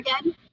again